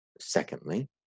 Secondly